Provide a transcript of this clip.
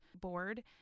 Board